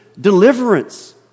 deliverance